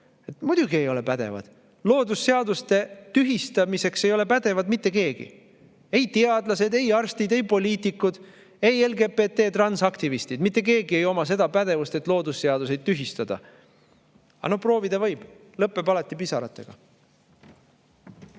Muidugi ei ole pädevad. Loodusseaduste tühistamiseks ei ole pädev mitte keegi: ei teadlased, ei arstid, ei poliitikud, ei LGBT transaktivistid. Mitte keegi ei oma seda pädevust, et loodusseaduseid tühistada. Proovida võib, aga see lõppeb alati pisaratega.